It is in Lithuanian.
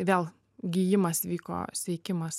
vėl gijimas vyko sveikimas